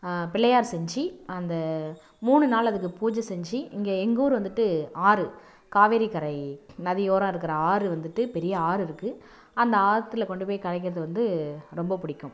பிள்ளையார் செஞ்சு அந்த மூணு நாள் அதுக்கு பூஜை செஞ்சு இங்கே எங்கள் ஊர் வந்துட்டு ஆறு காவேரிக்கரை நதியோரம் இருக்கிற ஆறு வந்துட்டு பெரிய ஆறு இருக்குது அந்த ஆத்தில் கொண்டுபோய் கரைக்கிறது வந்து ரொம்ப பிடிக்கும்